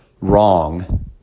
Wrong